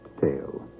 tale